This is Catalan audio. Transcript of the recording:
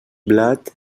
blat